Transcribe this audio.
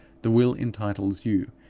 the will entitles you,